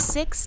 Six